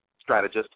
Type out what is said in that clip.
strategist